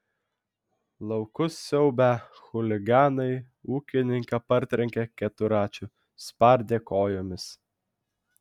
laukus siaubę chuliganai ūkininką partrenkė keturračiu spardė kojomis